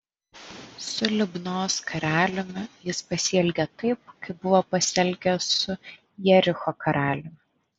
su libnos karaliumi jis pasielgė taip kaip buvo pasielgęs su jericho karaliumi